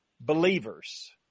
believers